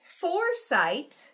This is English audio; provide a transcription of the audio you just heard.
foresight